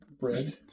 bread